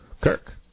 Kirk